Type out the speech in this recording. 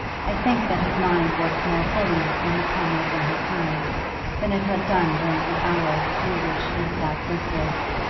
i think that his mind worked more fully when the pen was in his hands than it had done during the hour through which he sat listless,